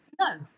No